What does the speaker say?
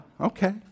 Okay